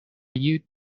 you